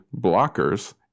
blockers